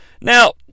Now